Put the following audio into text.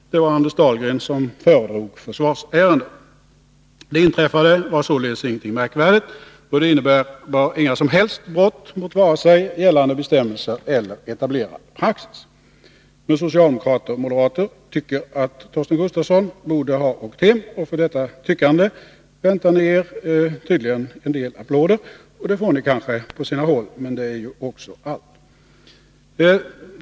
Det var Anders Dahlgren som föredrog försvarsärendena. Det inträffade var således ingenting märkvärdigt, och det innebar inga som helst brott mot vare sig gällande bestämmelser eller etablerad praxis. Men socialdemokrater och moderater tycker att Torsten Gustafsson borde ha åkt hem, och för detta tyckande väntar de sig tydligen en del applåder. Det får de kanske på sina håll, men det är också allt.